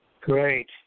Great